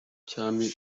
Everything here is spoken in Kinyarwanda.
cyami